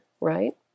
right